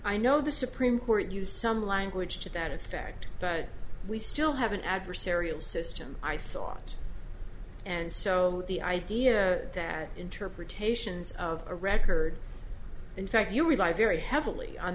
i know the supreme court used some language to that effect but we still have an adversarial system i thought and so the idea that interpretations of a record in fact you rely very heavily on